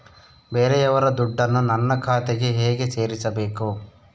ಬೇರೆಯವರ ದುಡ್ಡನ್ನು ನನ್ನ ಖಾತೆಗೆ ಹೇಗೆ ಸೇರಿಸಬೇಕು?